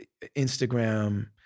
Instagram